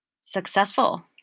successful